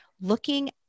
Looking